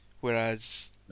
Whereas